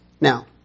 Now